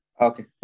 okay